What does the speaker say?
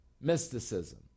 mysticism